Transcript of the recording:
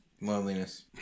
Loneliness